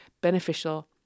beneficial